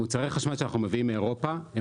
מוצרי חשמל שאנחנו מביאים מאירופה הם